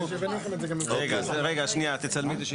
רגע, שנייה, תצלמי, שיהיה